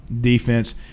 defense